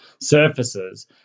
surfaces